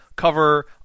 cover